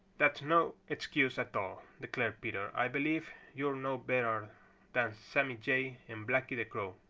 that's no excuse at all, declared peter. i believe you're no better than sammy jay and blacky the crow.